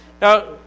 Now